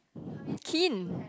keen